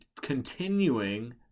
continuing